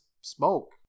smoke